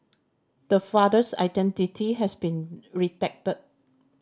the father's identity has been redacted